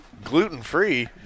Gluten-free